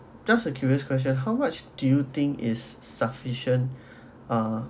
just a curious question how much do you think is sufficient ah